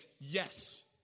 yes